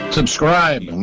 Subscribe